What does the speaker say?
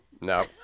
no